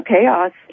chaos